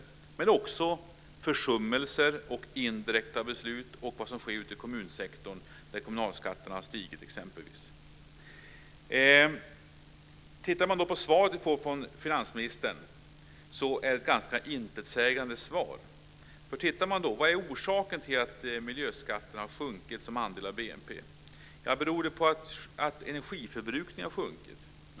Men det beror också på försummelser, indirekta beslut och vad som sker i kommunsektorn, där t.ex. kommunalskatterna har stigit. Det svar vi får från finansministern är ganska intetsägande. Vad är orsaken till att miljöskatterna har sjunkit som andel av BNP? Beror det på att energiförbrukningen har sjunkit?